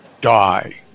die